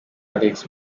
alex